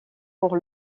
pour